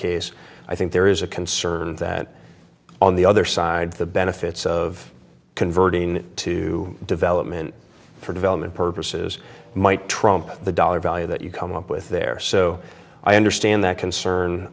case i think there is a conservative that on the other side the benefits of converting to development for development purposes might trump the dollar value that you come up with there so i understand that concern